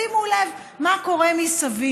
שימו לב מה קורה מסביב.